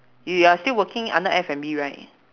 you are still working under F&B right